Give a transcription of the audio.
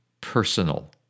personal